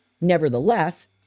Nevertheless